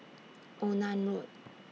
Onan Road